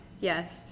Yes